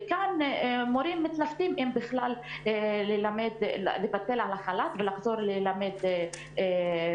כאן המורים מתלבטים אם בכלל לוותר על החל"ת ולחזור ללמד מרחוק.